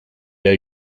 hay